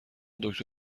دکتر